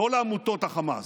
לא לעמותות החמאס,